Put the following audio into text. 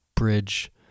bridge